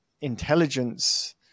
intelligence